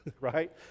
right